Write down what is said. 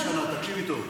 תקשיבי טוב.